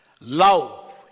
love